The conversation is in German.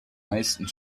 meisten